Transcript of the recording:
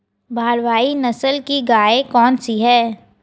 भारवाही नस्ल की गायें कौन सी हैं?